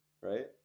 right